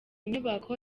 nyubako